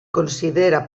considera